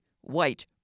white